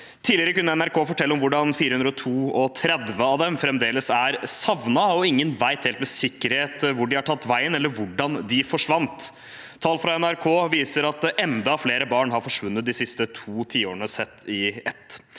Tidligere kunne NRK fortelle om hvordan 432 av dem fremdeles er savnet, og ingen vet helt med sikkerhet hvor de har tatt veien, eller hvordan de forsvant. Tall fra NRK viser at enda flere barn har forsvunnet de siste to tiårene sett under ett.